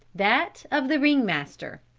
that of the ring-master.